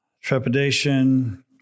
trepidation